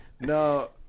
No